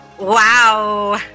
Wow